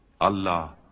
Allah